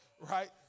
right